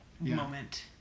moment